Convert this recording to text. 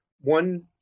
One